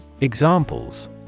Examples